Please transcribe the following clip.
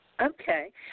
Okay